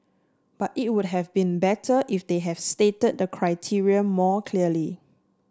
but it would have been better if they have stated the criteria more clearly